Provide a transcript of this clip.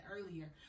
earlier